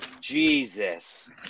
Jesus